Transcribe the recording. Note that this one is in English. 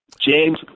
James